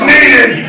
Needed